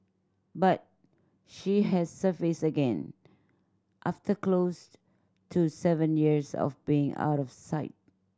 but she has surfaced again after close to seven years of being out of sight